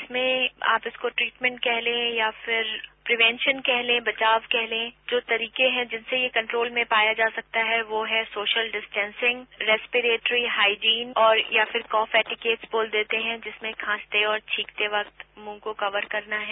इसमें आप इसको ट्रीटमेंट कह लें या फिर प्रीवेन्शन कह लें बचाव कह लें जो तरीके हैं जिससे यह कंट्रोल में पाया जा सकता है वो है सोशल डिस्टेन्सिंग रैस्पिरेट्री हाईजीन और या फिर कॉफ एटिकेट्स बोल देते हैं जिसमें खांसते और छींकते वक्त मुंह को कवर करना है